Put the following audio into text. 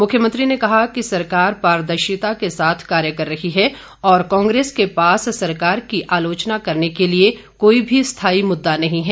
मुख्यमंत्री ने कहा कि सरकार पारदर्शिता के साथ कार्य कर रही है और कांग्रेस के पास सरकार की आलोचना करने के लिए कोई भी स्थायी मुद्दा नहीं है